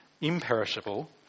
imperishable